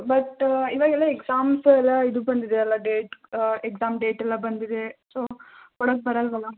but ಇವಾಗೆಲ್ಲ exams ಎಲ್ಲ ಇದು ಬಂದಿದೆಯಲ್ಲ ಡೇಟ್ ಎಕ್ಸಾಮ್ ಡೇಟ್ ಎಲ್ಲ ಬಂದಿದೆ ಸೊ ಕೊಡಕ್ಕೆ ಬರಲ್ಲವಲ್ಲ